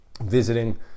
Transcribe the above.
visiting